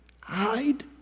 hide